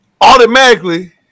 automatically